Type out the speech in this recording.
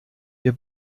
wir